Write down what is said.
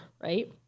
right